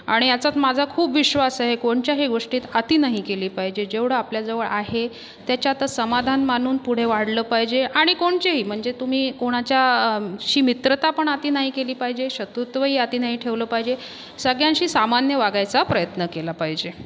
आणि याचात माझा खूप विश्वास आहे कोणच्याही गोष्टीत अति नाही केली पाहिजे जेवढं आपल्याजवळ आहे त्याच्यातच समाधान मानून पुढे वाहढलं पाहिजे आणि कोणचेही म्हणजे तुम्ही कोणाच्याशी मित्रता पण अति नाही केली पाहिजे शत्रुत्वही अति नाही ठेवलं पाहिजे सगळ्यांशी सामान्य वागायचा प्रयत्न केला पाहिजे